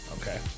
Okay